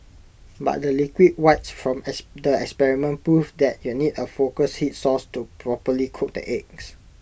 but the liquid whites from the experiment proved that you need A focused heat source to properly cook the eggs